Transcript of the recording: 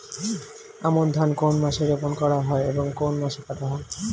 আমন ধান কোন মাসে রোপণ করা হয় এবং কোন মাসে কাটা হয়?